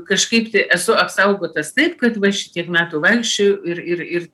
kažkaip tai esu apsaugotas taip kad va šitiek metų vaikščiojau ir ir ir